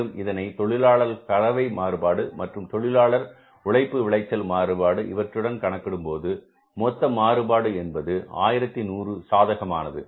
மேலும் இதனை தொழிலாளர் கலவை மாறுபாடு மற்றும் தொழிலாளர் உழைப்பு விளைச்சல் மாறுபாடு இவற்றுடன் கணக்கிடும்போது மொத்த மாறுபாடு என்பது 1100 சாதகமானது